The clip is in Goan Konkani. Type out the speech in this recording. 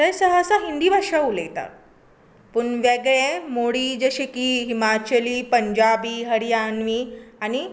थंय सहासा हिंदी भाशा उलयतात पूण वेगळे मोडी जशे की हिमाचली पंजाबी हरियाणवी आनी